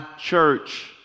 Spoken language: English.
church